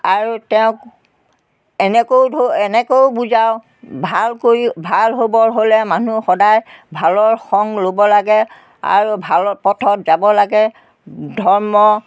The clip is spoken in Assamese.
আৰু তেওঁক এনেকেও ধ এনেকেও বুজাওঁ ভাল কৰি ভাল হ'বৰ হ'লে মানুহ সদায় ভালৰ সং ল'ব লাগে আৰু ভাল পথত যাব লাগে ধৰ্ম